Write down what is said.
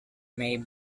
may